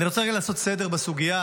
אני רוצה רגע לעשות סדר בסוגיה,